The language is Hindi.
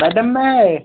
मैडम मैं